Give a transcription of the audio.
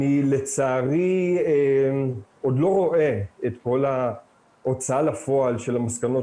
לצערי אני עוד לא רואה את כל ההוצאה לפועל של המסקנות